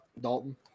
Dalton